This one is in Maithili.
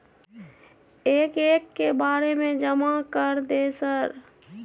एक एक के बारे जमा कर दे सर?